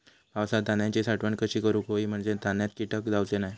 पावसात धान्यांची साठवण कशी करूक होई म्हंजे धान्यात कीटक जाउचे नाय?